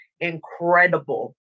incredible